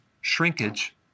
shrinkage